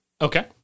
Okay